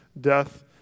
death